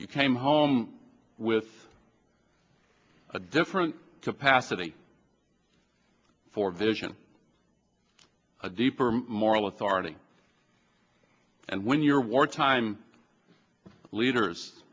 you came home with a different capacity for vision a deeper moral authority and when your wartime leaders